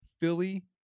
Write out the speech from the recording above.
Philly